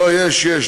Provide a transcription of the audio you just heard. לא, יש, יש.